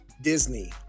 Disney